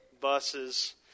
buses